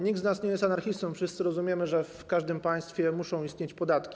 Nikt z nas nie jest anarchistą, wszyscy rozumiemy, że w każdym państwie muszą istnieć podatki.